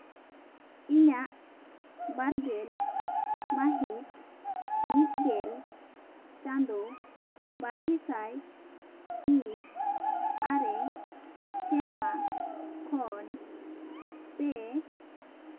ᱤᱧᱟᱹᱜ ᱵᱟᱨᱜᱮᱞ ᱢᱟᱹᱦᱤᱛ ᱢᱤᱫ ᱜᱮᱞ ᱪᱟᱸᱫᱳ ᱵᱟᱨᱜᱮ ᱥᱟᱭ ᱢᱤᱫ ᱟᱨᱮ ᱥᱮᱨᱢᱟ ᱠᱷᱚᱱ ᱯᱮ